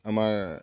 আমাৰ